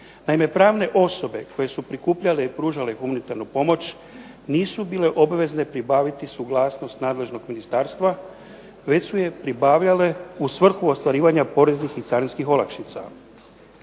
pomoći. Pravne osobe koje su prikupljale i pružale humanitarnu pomoć nisu bile obvezne pribaviti suglasnost nadležnog ministarstva, već su je pribavljale u svrhu ostvarivanja poreznih i carinskih olakšica.